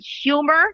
humor